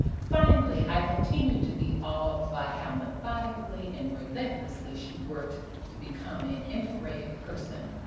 finally, i continued to be awed by how methodically and relentlessly she worked to become an integrated person,